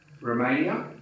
romania